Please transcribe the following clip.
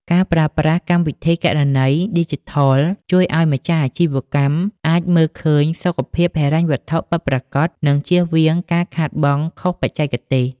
ការប្រើប្រាស់ កម្មវិធីគណនេយ្យឌីជីថល ជួយឱ្យម្ចាស់អាជីវកម្មអាចមើលឃើញសុខភាពហិរញ្ញវត្ថុពិតប្រាកដ និងចៀសវាងការខាតបង់ខុសបច្ចេកទេស។